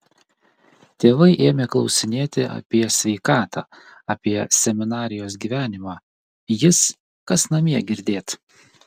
tėvai ėmė klausinėti apie sveikatą apie seminarijos gyvenimą jis kas namie girdėt